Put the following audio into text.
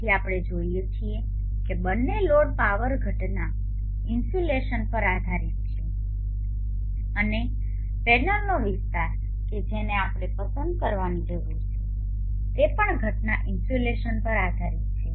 તેથી આપણે જોઈએ છીએ કે બંને લોડ પાવર ઘટના ઇન્સ્યુલેશન પર આધારિત છે અને પેનલનો વિસ્તાર કે જેને આપણે પસંદ કરવાની જરૂર છે તે પણ ઘટના ઇન્સ્યુલેશન પર આધારિત છે